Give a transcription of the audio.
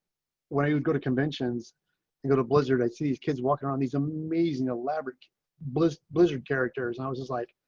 when i would go to conventions and go to blizzard i see these kids walking around these amazing elaborate blizzard blizzard characters. i was just like,